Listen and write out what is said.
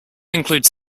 includes